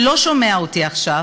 שלא שומע אותי עכשיו,